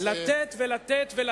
הם לא מושלים.